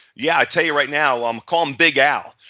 yeah, i'll tell you right now. um call him big al.